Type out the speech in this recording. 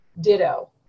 ditto